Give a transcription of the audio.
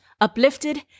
uplifted